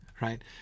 right